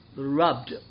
rubbed